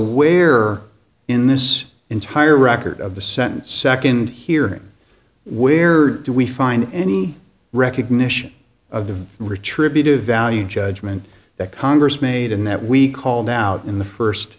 where in this entire record of the sentence second here where do we find any recognition of the retributive value judgment that congress made in that we called out in the first